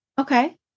Okay